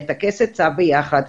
לטקס עצה ביחד,